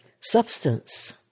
substance